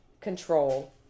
control